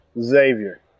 Xavier